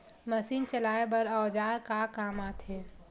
Machine चलाए बर औजार का काम आथे?